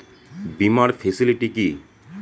বীমার ফেসিলিটি কি?